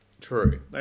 True